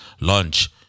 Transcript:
launch